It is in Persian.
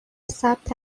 ثبت